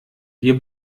wir